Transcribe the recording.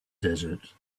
desert